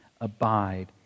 abide